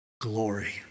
glory